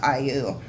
iu